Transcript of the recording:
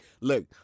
look